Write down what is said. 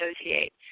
associate